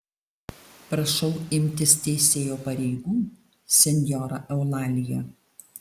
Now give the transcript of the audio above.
prašau imtis teisėjo pareigų senjora eulalija